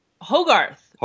Hogarth